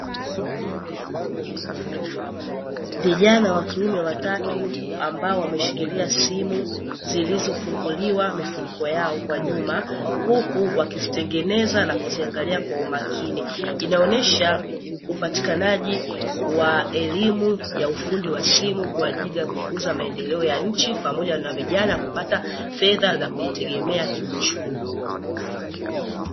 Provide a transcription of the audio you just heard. Vijana wa kiume watatu, ambao wameshikilia simu zilizofunguliwa mifuniko yake kwa nyuma, huku wakizitengeneza na kuziangalia kwa umakini. Inaonesha upatikanaji wa elimu ya ufundi wa simu kwa ajili ya kukuza maendeleo ya nchi pamoja na vijana kupata fedha za kujitegemea kiuchumi.